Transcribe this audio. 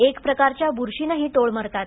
एक प्रकारच्या ब्रशीनंही टोळ मरतात